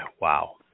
wow